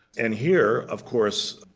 and here, of course,